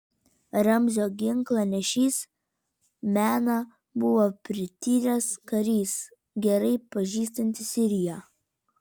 ramzio ginklanešys mena buvo prityręs karys gerai pažįstantis siriją